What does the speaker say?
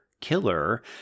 killer